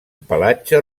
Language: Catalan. pelatge